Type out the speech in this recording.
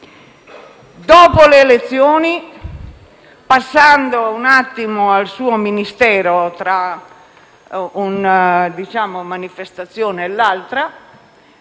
Dopo le elezioni, passando un attimo al suo Ministero, tra una manifestazione e l'altra,